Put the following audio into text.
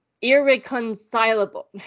irreconcilable